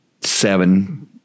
seven